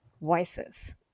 voices